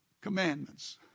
commandments